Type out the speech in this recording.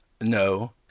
No